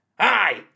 Hi